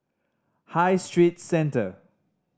High Street Centre